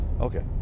Okay